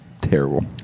terrible